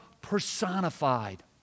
personified